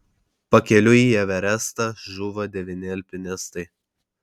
pakeliui į everestą žuvo devyni alpinistai